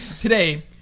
Today